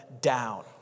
down